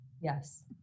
Yes